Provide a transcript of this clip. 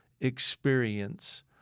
experience